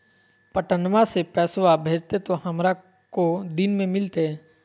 पटनमा से पैसबा भेजते तो हमारा को दिन मे मिलते?